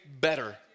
better